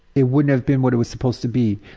it wouldn't have been what it was supposed to be.